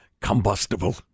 combustible